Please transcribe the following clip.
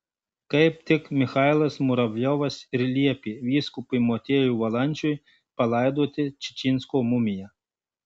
kaip tik michailas muravjovas ir liepė vyskupui motiejui valančiui palaidoti čičinsko mumiją